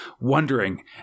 wondering